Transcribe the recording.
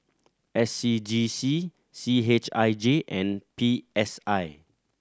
S C G C C H I J and P S I